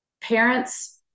parents